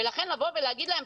ולכן לבוא ולהגיד להם,